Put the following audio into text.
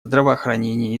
здравоохранение